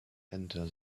under